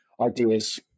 Ideas